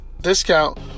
discount